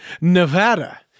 Nevada